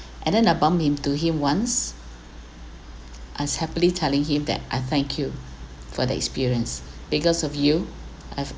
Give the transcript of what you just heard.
and then I bump into him once I'm happily telling him that I thank you for the experience because of you I